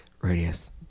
Radius